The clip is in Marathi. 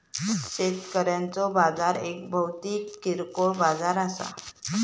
शेतकऱ्यांचो बाजार एक भौतिक किरकोळ बाजार असा